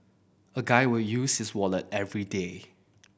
a guy will use his wallet everyday